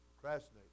procrastinate